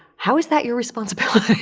how is that your responsibility?